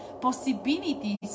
possibilities